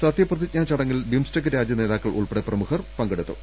സത്യപ്ര തിജ്ഞാ ചടങ്ങിൽ ബിംസ്റ്റെക്ക് രാജ്യ നേതാക്കൾ ഉൾപ്പെടെ പ്രമുഖർ പങ്കെ ടുത്തു